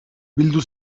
bildu